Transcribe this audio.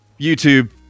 YouTube